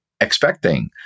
expecting